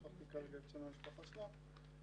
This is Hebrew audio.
שכחתי כרגע את שם המשפחה שלה.